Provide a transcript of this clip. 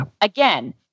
Again